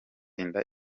inda